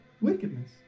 wickedness